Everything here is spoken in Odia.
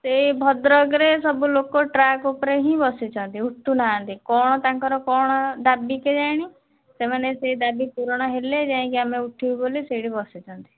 ସେଇ ଭଦ୍ରକରେ ସବୁ ଲୋକ ଟ୍ରାକ୍ ଉପରେ ହିଁ ବସିଛନ୍ତି ଉଠୁ ନାହାନ୍ତି କ'ଣ ତାଙ୍କର କ'ଣ ଦାବି କେ ଜାଣି ସେମାନେ ସେଇ ଦାବି ପୁରଣ ହେଲେ ଯାଇକି ଆମେ ଉଠିବୁ ବୋଲି ସେଇଠି ବସିଛନ୍ତି